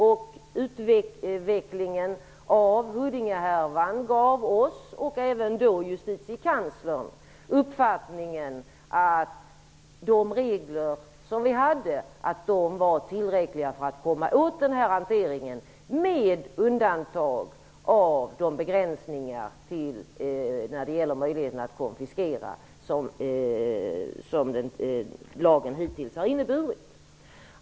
Utvecklingen av Huddingehärvan gav oss och även Justitiekanslern uppfattningen att de regler som fanns var tillräckliga för att komma åt den här hanteringen, med undantag av de begränsningar när det gäller möjligheten att konfiskera som lagen hittills har inneburit.